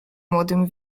młodym